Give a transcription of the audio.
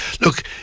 look